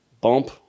bump